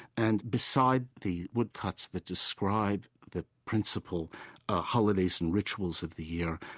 and beside the woodcuts that describe the principal ah holidays and rituals of the year,